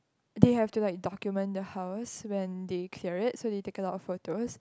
they have to like document the house when they clear it so they taken a lot of photos